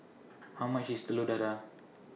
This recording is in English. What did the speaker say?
How much IS Telur Dadah